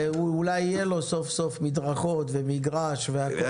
ואולי יהיה לו סוף סוף מדרכות ומגרש והכול.